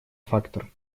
фактор